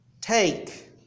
take